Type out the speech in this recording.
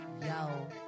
Yo